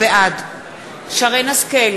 בעד שרן השכל,